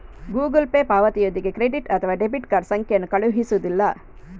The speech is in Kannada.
ಗೂಗಲ್ ಪೇ ಪಾವತಿಯೊಂದಿಗೆ ಕ್ರೆಡಿಟ್ ಅಥವಾ ಡೆಬಿಟ್ ಕಾರ್ಡ್ ಸಂಖ್ಯೆಯನ್ನು ಕಳುಹಿಸುವುದಿಲ್ಲ